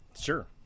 Sure